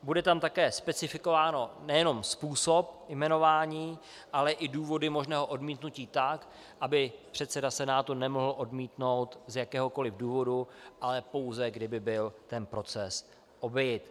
Bude tam také specifikován nejenom způsob jmenování, ale i důvody možného odmítnutí tak, aby předseda Senátu nemohl odmítnout z jakéhokoliv důvodu, ale pouze kdyby byl tento proces obejit.